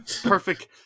Perfect